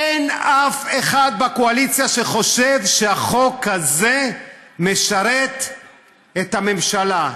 אין אף אחד בקואליציה שחושב שהחוק הזה משרת את הממשלה.